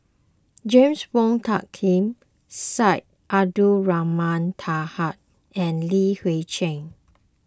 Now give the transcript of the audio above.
James Wong Tuck Yim Syed Abdulrahman Taha and Li Hui Cheng